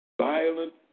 violent